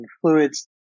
fluids